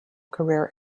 career